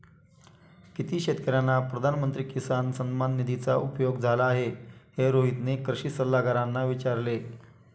किती शेतकर्यांना प्रधानमंत्री किसान सन्मान निधीचा उपयोग झाला आहे, हे रोहितने कृषी सल्लागारांना विचारले